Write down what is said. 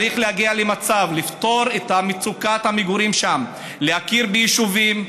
צריך להגיע לפתור את מצוקת המגורים שם: להכיר ביישובים,